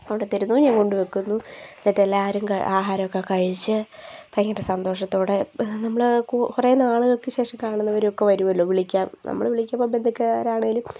കൊണ്ടു തരുന്നു ഞാൻ കൊണ്ട് വെക്കുന്നു എന്നിട്ട് എല്ലാവരും ആഹരമൊക്കെ കഴിച്ച് ഭയങ്കര സന്തോഷത്തോടെ നമ്മൾ കുറേ നാളുകൾക്ക് ശേഷം കാണുന്നവരൊക്കെ വരുമല്ലോ വിളിക്കുക നമ്മൾ വിളിക്കുമ്പോൾ ബന്ധുക്കാരാണെങ്കിലും